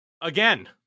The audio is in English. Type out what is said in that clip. again